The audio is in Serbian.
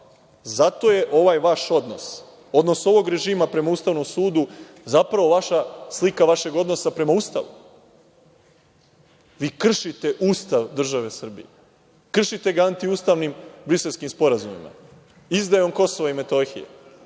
Zato je ovaj vaš odnos, odnos ovog režima prema Ustavnom sudu, zapravo slika vašeg odnosa prema Ustavu. Vi kršite Ustav države Srbije. Kršite ga antiustavnim brisleskim sporazumima, izdajom Kosova i Metohije,